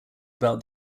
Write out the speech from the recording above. about